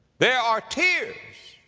there are tears.